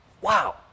Wow